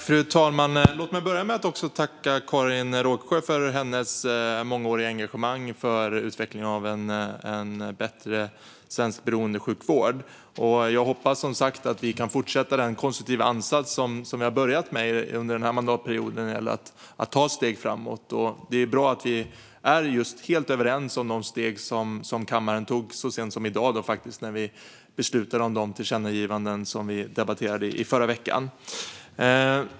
Fru talman! Låt mig börja med att tacka Karin Rågsjö för hennes mångåriga engagemang för utvecklingen av en bättre svensk beroendesjukvård. Jag hoppas, som sagt, att vi kan fortsätta den konstruktiva ansats som vi har påbörjat under denna mandatperiod när det gäller att ta steg framåt. Det är bra att vi är helt överens om de steg som kammaren tog så sent som i dag, då vi beslutade om de tillkännagivanden som vi debatterade i förra veckan.